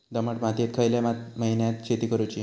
दमट मातयेत खयल्या महिन्यात शेती करुची?